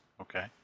Okay